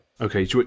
Okay